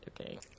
okay